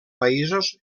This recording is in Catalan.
països